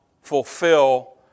fulfill